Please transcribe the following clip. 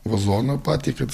vazoną patį kad